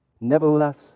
nevertheless